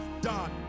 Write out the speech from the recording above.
done